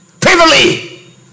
privately